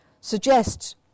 suggests